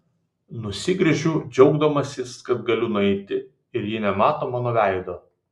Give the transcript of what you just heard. nusigręžiu džiaugdamasis kad galiu nueiti ir ji nemato mano veido